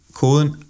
koden